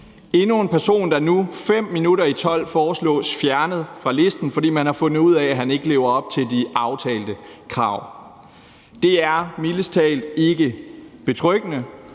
endnu en person, der nu fem minutter i tolv foreslås fjernet fra listen, fordi man har fundet ud af, at han ikke lever op til de aftalte krav. Det er mildest talt ikke betryggende,